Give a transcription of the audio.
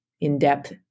in-depth